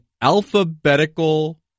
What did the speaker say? alphabetical